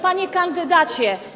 Panie Kandydacie!